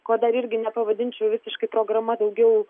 ko dar irgi nepavadinčiau visiškai programa daugiau